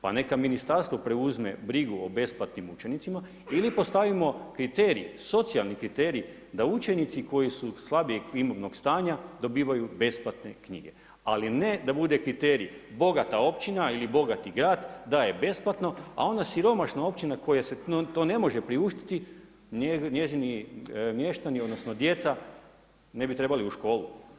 Pa neka ministarstvo preuzme brigu o besplatnim udžbenicima ili postavimo kriterij, socijalni kriterij da učenici koji su slabijeg imovnog stanja dobivaju besplatne knjige, ali ne da bude kriterij bogata općina ili bogati grad daje besplatno, a ona siromašna općina koja si to ne može priuštiti njezini mještani odnosno djeca ne bi trebali u školu.